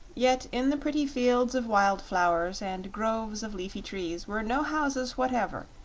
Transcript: yet in the pretty fields of wild-flowers and groves of leafy trees were no houses whatever,